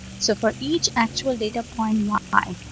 so for each actual data point, y,